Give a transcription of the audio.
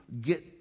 get